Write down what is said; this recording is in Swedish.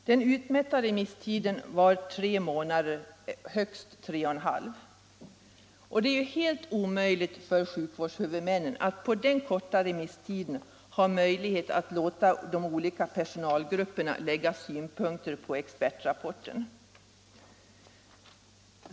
Den utmätta remisstiden var tre månader, högst tre och en halv månad. Det är helt omöjligt för sjukvårdshuvudmännen att på denna korta tid låta de olika personalgrupperna lägga sina synpunkter på expertrapporten.